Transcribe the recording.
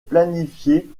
planifiée